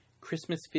Christmas